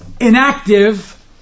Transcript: inactive